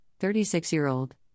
36-year-old